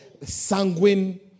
sanguine